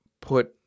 put